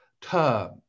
term